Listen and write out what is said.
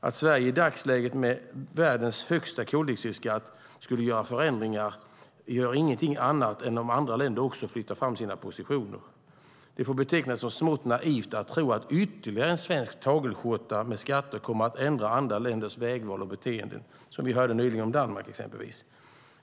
Att Sverige i dagsläget med världens högsta koldioxidskatt skulle göra förändringar innebär ingenting om inte andra länder också flyttar fram sina positioner. Det får betecknas som smått naivt att tro att ytterligare en svensk tagelskjorta med skatter kommer att ändra andra länders vägval och beteenden, som vi hörde nyligen om Danmark exempelvis.